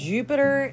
Jupiter